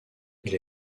elle